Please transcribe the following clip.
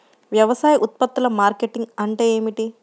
వ్యవసాయ ఉత్పత్తుల మార్కెటింగ్ అంటే ఏమిటి?